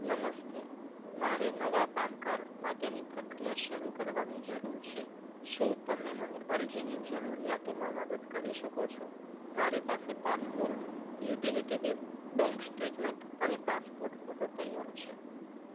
નમસ્તે મારે નવાં પાનકાર્ડ માટેની પ્રક્રિયા શરૂ કરવાની જરૂર છે શું તમે મને અરજીની જરૂરિયાતોમાં મદદ કરી શકો છો મારી પાસે passport utility bill bank statement અને પાસપોર્ટ ફોટો તૈયાર છે